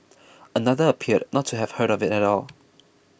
another appeared not to have heard of it at all